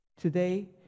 today